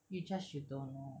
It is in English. you just you don't know